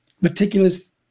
meticulous